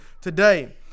today